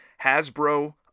Hasbro